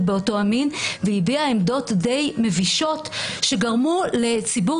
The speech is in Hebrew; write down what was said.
באותו המין והיא הביעה עמדות די מבישות שגרמו לציבור